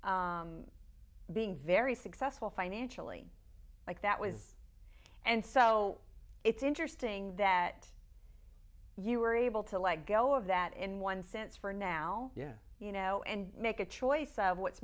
of being very successful financially like that was and so it's interesting that you were able to let go of that in one sense for now yeah you know and make a choice what's